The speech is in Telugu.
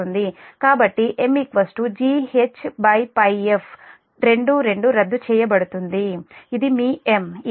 కాబట్టి M GHΠf 2 2 రద్దు చేయబడుతుంది ఇది మీ M